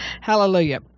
Hallelujah